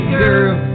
girl